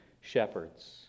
shepherds